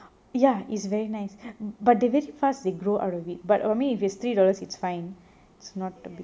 ya is very nice but they very fast they grow out of it buti mean if it's three dollars it's fine